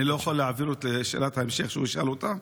אני לא יכול להעביר לו את שאלת ההמשך שהוא ישאל אותה?